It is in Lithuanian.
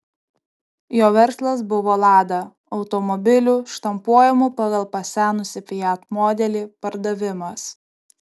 jo verslas buvo lada automobilių štampuojamų pagal pasenusį fiat modelį pardavimas